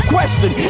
Question